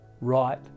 right